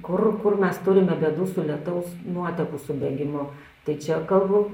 kur kur mes turime bėdų su lietaus nuotekų subėgimu tai čia kalbu